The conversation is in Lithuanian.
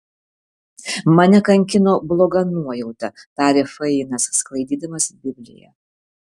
mane kankino bloga nuojauta tarė fainas sklaidydamas bibliją